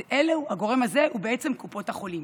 והגורם הזה הוא קופות החולים.